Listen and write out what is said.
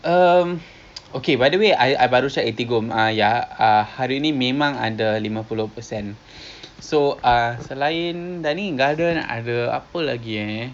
um okay by the way I baru check eatigo ah hari ini memang ada lima puluh percent so err selain dining in the garden ada apa lagi eh